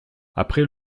après